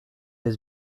has